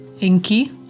Inky